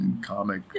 comic